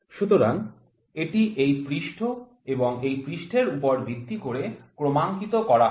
সুতরাং এটি এই পৃষ্ঠ এবং এই পৃষ্ঠের উপর ভিত্তি করে ক্রমাঙ্কিত করা হয়